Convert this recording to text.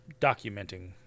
documenting